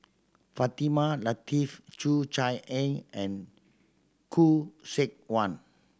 Fatimah Lateef Cheo Chai Eng and Khoo Seok Wan